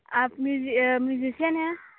आप म्यूज़िशन हैं